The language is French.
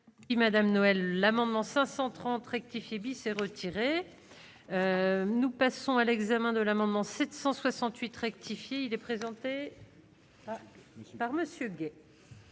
Madame Noël, l'amendement 530 rectifié bis s'est retiré, nous passons à l'examen de l'amendement 768 rectifié, il est présent. C'est